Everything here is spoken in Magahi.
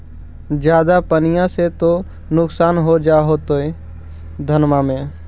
ज्यादा पनिया से तो नुक्सान हो जा होतो धनमा में?